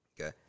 Okay